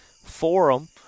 forum